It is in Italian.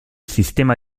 sistema